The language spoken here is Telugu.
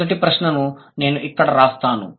మొదట ప్రశ్నను నేను ఇక్కడ వ్రాస్తాను